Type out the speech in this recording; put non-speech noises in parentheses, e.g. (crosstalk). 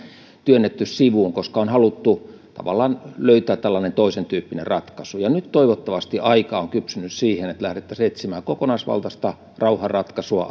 työnnetty sivuun koska on haluttu tavallaan löytää tällainen toisentyyppinen ratkaisu nyt toivottavasti aika on kypsynyt siihen että lähdettäisiin etsimään kokonaisvaltaista rauhanratkaisua (unintelligible)